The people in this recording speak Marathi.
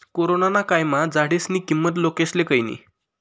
कोरोना ना कायमा झाडेस्नी किंमत लोकेस्ले कयनी